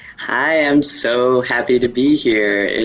i am so happy to be here.